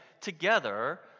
together